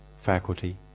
faculty